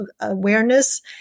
awareness